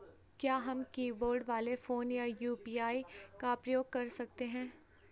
क्या हम कीबोर्ड वाले फोन पर यु.पी.आई का प्रयोग कर सकते हैं?